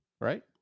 right